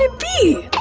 ah be!